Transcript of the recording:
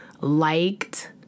liked